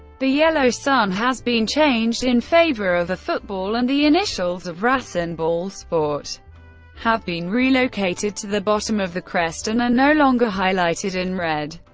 the yellow sun has been changed in favor of a football and the initials of rasenballsport have been relocated to the bottom of the crest and are and no longer highlighted in red.